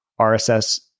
RSS